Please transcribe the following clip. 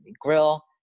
grill